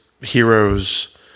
heroes